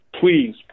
please